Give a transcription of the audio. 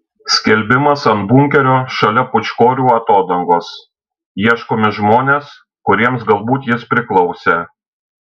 skelbimas ant bunkerio šalia pūčkorių atodangos ieškomi žmonės kuriems galbūt jis priklausė